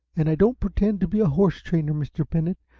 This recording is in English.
and i don't pretend to be a horse-trainer, mr. bennett.